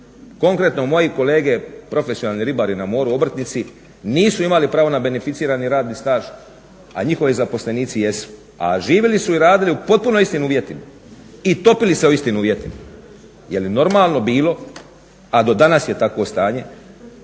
Konkretno, moji kolege profesionalni ribari na moru, obrtnici nisu imali pravo na beneficirani radni staž, a njihovi zaposlenici jesu, a živili su i radili u potpuno istim uvjetima i topili se u istim uvjetima. Je li normalno bilo, a do danas je takvo stanje